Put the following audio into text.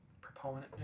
proponent